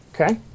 Okay